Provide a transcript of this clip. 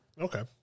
Okay